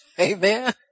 Amen